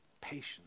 patience